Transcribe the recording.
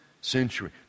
century